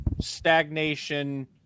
stagnation